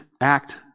act